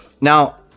now